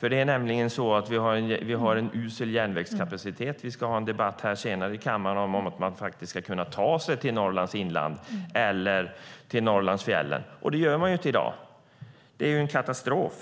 Det är nämligen så att vi har en usel järnvägskapacitet. Vi ska senare ha en debatt här i kammaren om att man faktiskt ska kunna ta sig till Norrlands inland eller Norrlandsfjällen. Det kan man ju inte i dag, och det är en katastrof.